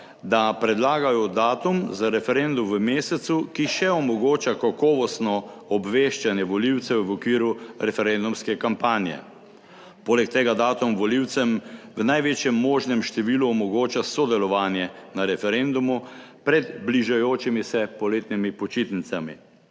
da predlagajo datum za referendum v mesecu, ki še omogoča kakovostno obveščanje volivcev v okviru referendumske kampanje. Poleg tega datum volivcem v največjem možnem številu omogoča sodelovanje na referendumu pred bližajočimi se poletnimi počitnicami.